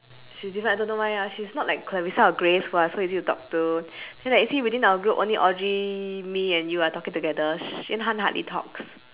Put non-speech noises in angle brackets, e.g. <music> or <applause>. she is different I don't know why ah she's not like clarissa or grace who are so easy to talk to then like you see within our group only audrey me and you are talking together <noise> yan han hardly talks